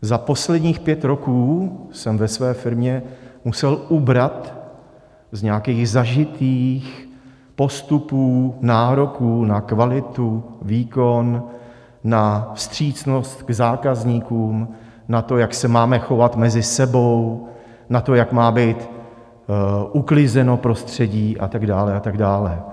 Za posledních pět roků jsem ve své firmě musel ubrat z nějakých zažitých postupů, nároků na kvalitu, výkon, na vstřícnost k zákazníkům, na to, jak se máme chovat mezi sebou, na to, jak má být uklizeno prostředí a tak dále a tak dále.